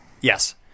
yes